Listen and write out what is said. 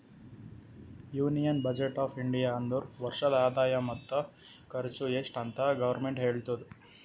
union budget of India ಅಂದುರ್ ವರ್ಷದ ಆದಾಯ ಮತ್ತ ಖರ್ಚು ಎಸ್ಟ್ ಅಂತ್ ಗೌರ್ಮೆಂಟ್ ಹೇಳ್ತುದ